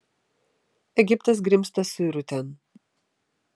egiptas grimzta suirutėn